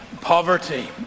poverty